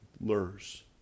lures